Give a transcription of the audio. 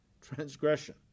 transgression